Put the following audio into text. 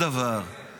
חוקר ביאח"ה?